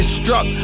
struck